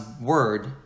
word